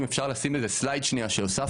אם אפשר לשים איזה סלייד שהוספתי,